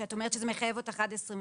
שאת אומרת שזה מחייב אותך עד 2028?